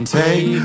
take